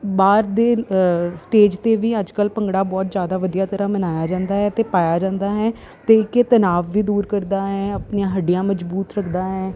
ਬਾਹਰ ਦੇ ਸਟੇਜ 'ਤੇ ਵੀ ਅੱਜ ਕੱਲ੍ਹ ਭੰਗੜਾ ਬਹੁਤ ਜਿਆਦਾ ਵਧੀਆ ਤਰ੍ਹਾਂ ਮਨਾਇਆ ਜਾਂਦਾ ਹੈ ਅਤੇ ਪਾਇਆ ਜਾਂਦਾ ਹੈ ਅਤੇ ਇੱਕ ਇਹ ਤਨਾਵ ਵੀ ਦੂਰ ਕਰਦਾ ਹੈ ਆਪਣੀਆਂ ਹੱਡੀਆਂ ਮਜ਼ਬੂਤ ਰੱਖਦਾ ਹੈ